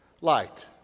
light